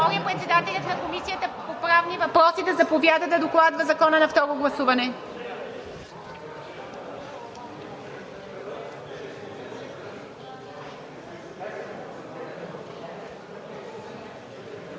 Моля председателят на Комисията по правни въпроси да заповяда да докладва Законопроекта на второ гласуване.